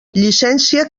llicència